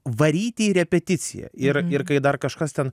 varyti į repeticiją ir ir kai dar kažkas ten